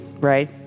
right